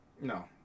No